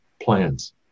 plans